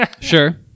Sure